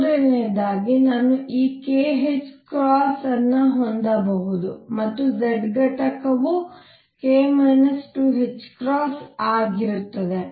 ಮೂರನೆಯದಾಗಿ ನಾನು ಈ kℏ ಅನ್ನು ಹೊಂದಬಹುದು ಮತ್ತು z ಘಟಕವು k 2ಆಗಿರುತ್ತದೆ